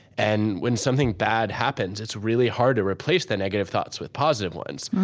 and when something bad happens, it's really hard to replace the negative thoughts with positive ones.